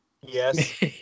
Yes